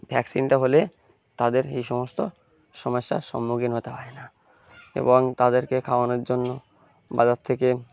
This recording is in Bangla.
ভ্যাকসিনটা হলে তাদের এই সমস্ত সমস্যার সম্মুখীন হতে হয় না এবং তাদেরকে খাওয়ানোর জন্য বাজার থেকে